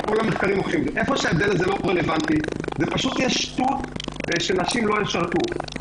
איפה שההבדל הזה לא רלוונטי פשוט תהיה שטות שנשים לא ישרתו,